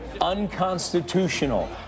unconstitutional